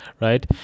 right